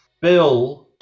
Bill